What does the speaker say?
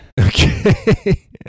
Okay